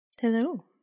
Hello